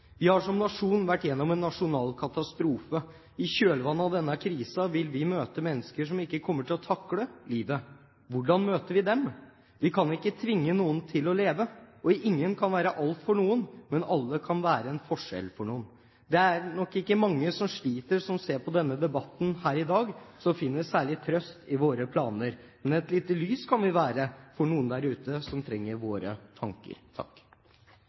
Vi har som nasjon vært igjennom en nasjonal katastrofe. I kjølvannet av denne krisen vil vi møte mennesker som ikke kommer til å takle livet. Hvordan møter vi dem? Vi kan ikke tvinge noen til å leve, og ingen kan være alt for noen. Men alle kan være en forskjell for noen. Det er nok ikke mange av dem som sliter, som ser på debatten her i dag, som finner særlig trøst i våre planer. Men et lite lys kan vi være for noen der ute som trenger våre tanker.